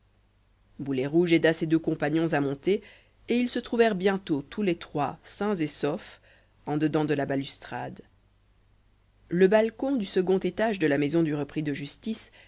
boulet rouge aida ses deux compagnons à monter et ils se trouvèrent bientôt tous les trois sains et saufs en dedans de la balustrade le balcon du second étage de la maison du repris de justice